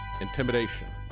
intimidation